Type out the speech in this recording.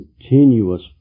continuous